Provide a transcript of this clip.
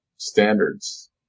standards